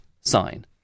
sign